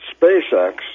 SpaceX